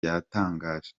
yatangaje